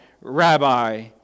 Rabbi